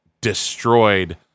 destroyed